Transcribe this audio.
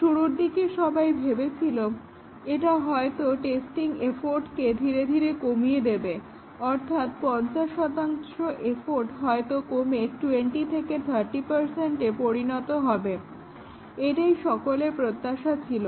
শুরুর দিকে সবাই ভেবেছিল এটা হয়তো টেস্টিং এফর্টকে ধীরে ধীরে কমিয়ে দেবে অর্থাৎ 50 এফর্ট হয়তো কমে 20 30 এ পরিণত হবে এটাই সকলের প্রত্যাশা ছিল